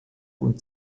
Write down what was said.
und